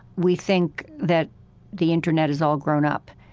we think that the internet is all grown up.